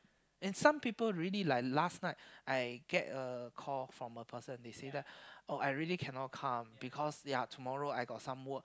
and some people really lah last night I get a call from a person they say that oh I really cannot come because ya tomorrow I got some work